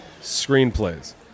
screenplays